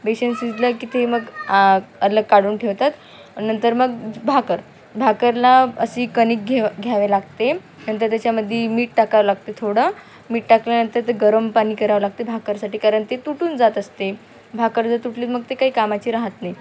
बेसन शिजलं की ते मग अलग काढून ठेवतात नंतर मग भाकरी भाकरीला अशी कणीक घे घ्यावे लागते नंतर त्याच्यामध्ये मीठ टाकावं लागते थोडं मीठ टाकल्यानंतर ते गरम पाणी करावं लागते भाकरीसाठी कारण ते तुटून जात असते भाकरी जर तुटली मग ते काही कामाची राहत नाही